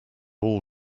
all